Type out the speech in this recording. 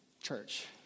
church